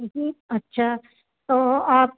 जी अच्छा तो आप